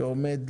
כשהוא עומד,